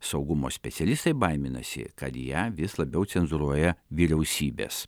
saugumo specialistai baiminasi kad ją vis labiau cenzūruoja vyriausybės